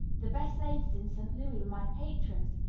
the best ladies in st. louis were my patrons,